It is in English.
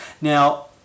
Now